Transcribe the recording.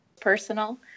personal